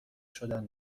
شدن